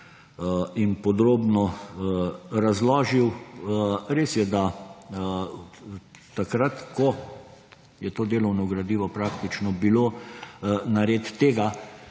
in podrobno razložil, res je, da takrat, ko je to delovno gradivo bilo praktično nared, tega